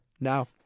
Now